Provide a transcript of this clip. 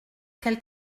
qu’elle